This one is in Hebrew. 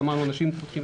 כי אמרנו שאנשים פותחים